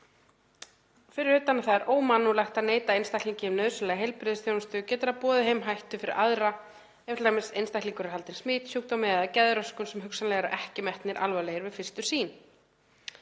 Fyrir utan að það er ómannúðlegt að neita einstaklingi um nauðsynlega heilbrigðisþjónustu getur það boðið heim hættu fyrir aðra ef t.d. einstaklingur er haldinn smitsjúkdómi eða geðröskun sem hugsanlega eru ekki metnir alvarlegir við fyrstu sýn.